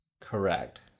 correct